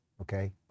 okay